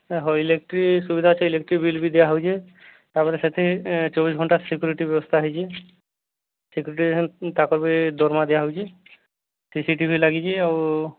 electric ସୁବିଧା ସେ electric ବିଲ୍ବି ଦିଆହୋଉଛି ତା'ପରେ ସେଇଠି ଚବିଶି ଘଣ୍ଟା ସିକ୍ୟୁରିଟି ବ୍ୟବସ୍ଥା ହେଉଛି ସିକ୍ୟୁରିଟି ତା'ପରେ ବି ଦରମା ଦିଆ ହେଉଛି ସି ସି ଟି ଭି ଲାଗିଛି ଆଉ